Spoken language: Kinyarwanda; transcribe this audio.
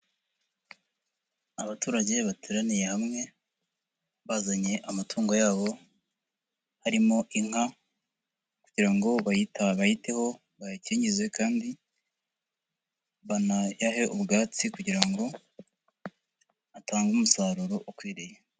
Abaturage bateraniye hamwe bazanye amatungo yabo harimo inka, kugira ngo bayita bayiteho bayakingizeze kandi banayahe ubwatsi kugira ngo atange umusaruro ukwiriye.